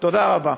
תודה רבה.